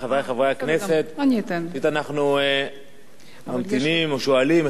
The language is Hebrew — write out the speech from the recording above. אנחנו ממתינים ושואלים היכן נמצא שר הפנים,